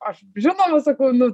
aš žinoma sakau nu